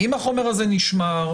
אם החומר הזה נשמר,